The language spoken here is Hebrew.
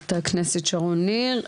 חברת הכנסת שרון ניר.